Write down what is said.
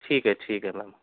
ٹھیک ہے ٹھیک ہے الحم